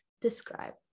describe